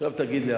עכשיו תגיד לי,